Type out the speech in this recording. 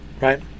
right